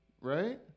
right